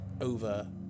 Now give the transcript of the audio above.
over